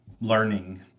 learning